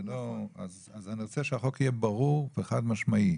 זה לא, אז אני רוצה שהחוק יהיה ברור וחד משמעי,